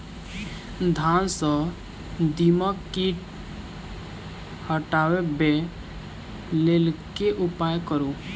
धान सँ दीमक कीट हटाबै लेल केँ उपाय करु?